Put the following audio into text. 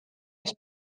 ees